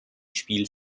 spiel